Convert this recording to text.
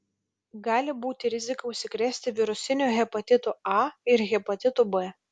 gali būti rizika užsikrėsti virusiniu hepatitu a ir hepatitu b